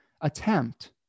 attempt